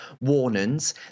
warnings